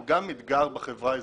הוא גם אתגר בחברה האזרחית.